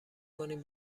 کنیم